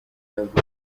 yavutse